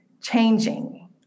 changing